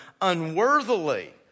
unworthily